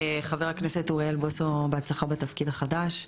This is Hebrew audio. חבר הכנסת אוריאל בוסו, בהצלחה בתפקיד החדש.